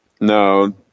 no